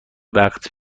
وقت